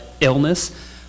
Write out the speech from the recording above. illness